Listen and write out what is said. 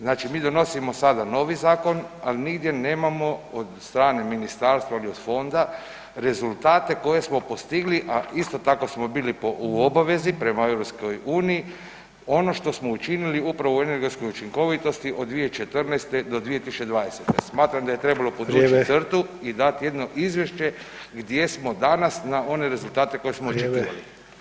Znači, mi donosimo sada novi zakona li nigdje nemamo od strane ministarstva ili od fonda rezultate koje smo postigli a isto tako smo bili u obavezi prema EU ono što smo učinili upravo u energetskoj učinkovitosti od 2014. do 2020., smatram da je trebalo podvući crtu [[Upadica Sanader: Vrijeme.]] i dati jedno izvješće gdje smo danas na one rezultate koje [[Upadica Sanader: Vrijeme.]] smo očekivali.